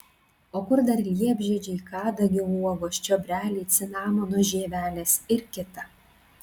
o kur dar liepžiedžiai kadagio uogos čiobreliai cinamono žievelės ir kita